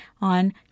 on